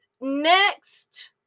Next